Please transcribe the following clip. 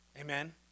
Amen